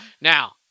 Now